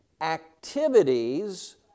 activities